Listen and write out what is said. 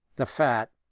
the fat,